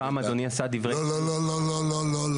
פעם אדוני עשה דברי סיום --- לא, לא, לא.